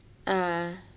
uh